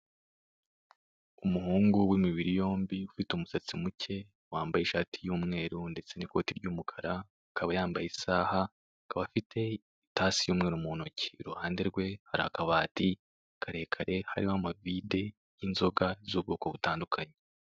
Umuhungu w'imibiri yombi ufite umusatsi muke, wambaye ishati y'umweru ndetse n'ikoti ry'umukara, akaba yambaye isaha, akaba afite itaso y'umweru mu ntoki. Iruhande rwe hari akabati karekare karekare, hariho amavide y'inzoga z'ubwoko butandukanye.